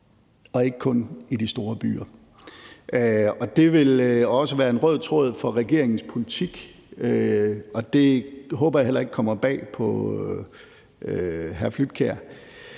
og ikke kun i de store byer. Det vil også være en rød tråd for regeringens politik, og det håber jeg heller ikke kommer bag på hr.